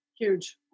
Huge